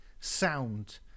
sound